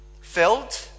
Filled